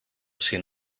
sin